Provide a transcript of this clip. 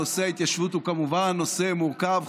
נושא ההתיישבות הוא כמובן נושא מורכב,